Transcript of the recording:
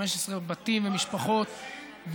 15 בתים ומשפחות,